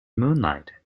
moonlight